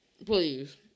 Please